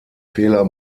fehler